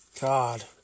God